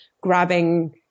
grabbing